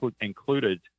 included